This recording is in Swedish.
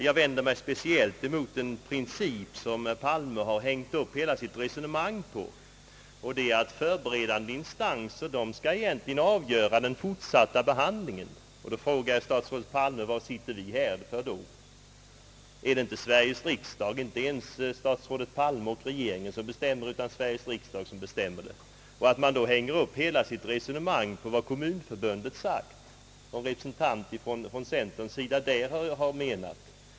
Jag vänder mig speciellt mot den princip på vilken herr Palme hänger upp hela sitt resonemang, nämligen att förberedande instanser egentligen skall avgöra den fortsatta behandlingen. Då frågar jag statsrådet Palme: Vad sitter vi då här för? Är det inte ens statsrå det Palme och regeringen som bestämmer det, inte Sveriges riksdag? Man baserar hela sitt resonemang på vad Kommunförbundet och centerns representanter där har sagt.